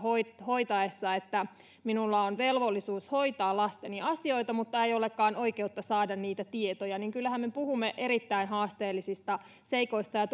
hoitaessa minulla on velvollisuus hoitaa lasteni asioita mutta ei olekaan oikeutta saada niitä tietoja niin kyllähän me puhumme erittäin haasteellisista seikoista ja